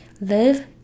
Live